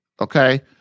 Okay